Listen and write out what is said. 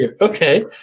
Okay